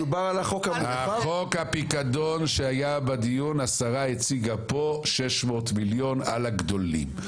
חוק הפיקדון שהיה בדיון השרה הציגה פה 600 מיליון על הגדולים.